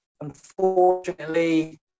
unfortunately